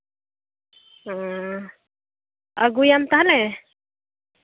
ᱚᱸᱻ ᱟᱹᱜᱩᱭᱟᱢ ᱛᱟᱦᱚᱞᱮ